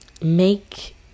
make